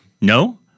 no